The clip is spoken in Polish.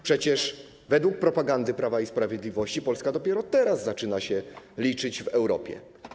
Przecież według propagandy Prawa i Sprawiedliwości Polska dopiero teraz zaczyna się liczyć w Europie.